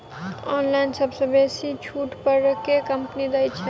Online सबसँ बेसी छुट पर केँ कंपनी दइ छै?